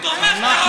תומך טרור.